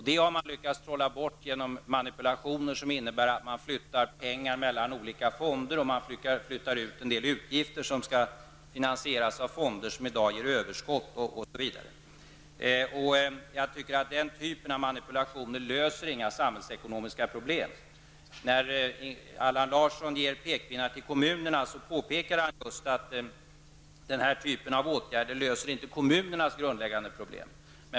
Detta har man lyckats trolla bort genom manipulationer, som innebär att man flyttar pengar mellan olika fonder och låter en del utgifter finansieras av fonder, som i dag ger överskott. Den typen av manipulationer löser inga samhällsekonomiska problem. När Allan Larsson sätter upp pekpinnar mot kommunerna påpekar han just att den typen av åtgärder inte löser kommunernas grundläggande problem.